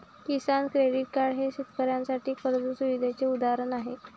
किसान credit card हे शेतकऱ्यांसाठी कर्ज सुविधेचे उदाहरण आहे